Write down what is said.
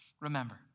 remember